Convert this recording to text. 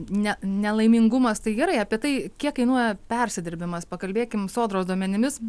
ne nelaimingumas tai gerai apie tai kiek kainuoja persidirbimas pakalbėkim sodros duomenimis